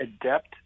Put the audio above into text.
adept